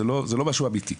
זה לא משהו אמיתי.